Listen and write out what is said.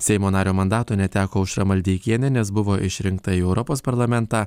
seimo nario mandato neteko aušra maldeikienė nes buvo išrinkta į europos parlamentą